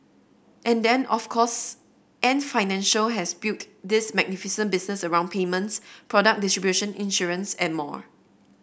and then of course Ant Financial has built this magnificent business around payments product distribution insurance and more